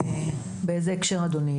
באיזה הקשר, אדוני?